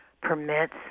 permits